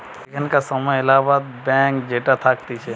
এখানকার সময় এলাহাবাদ ব্যাঙ্ক যেটা থাকতিছে